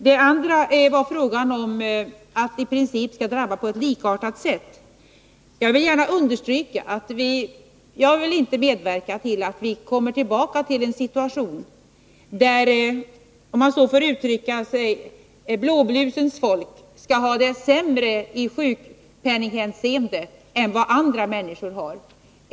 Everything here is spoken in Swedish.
Den andra frågan gällde formuleringen att besparingarna skall drabba olika grupper på ett i princip likartat sätt. Jag vill gärna understryka att jag inte vill medverka till att vi åter hamnar i en situation där — om man så får uttrycka sig — blåblusens folk har det sämre i sjukpenninghänseende än andra människor.